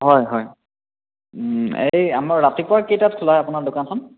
হয় হয় এই আমাৰ ৰাতিপুৱা কেইটাত খোলে আপোনাৰ দোকানখন